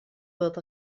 wird